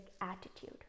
attitude